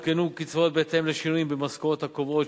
לפני התיקון האמור עודכנו הקצבאות בהתאם לשינויים במשכורות הקובעות